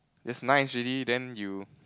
just nice already then you